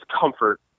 comfort